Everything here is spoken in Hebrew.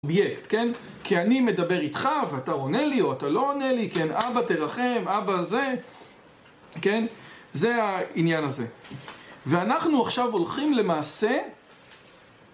כי אני מדבר איתך ואתה עונה לי או אתה לא עונה לי, אבא תרחם, אבא זה, זה העניין הזה ואנחנו עכשיו הולכים למעשה